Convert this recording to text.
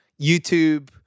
YouTube